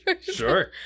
Sure